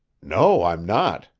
no, i'm not,